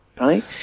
right